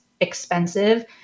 expensive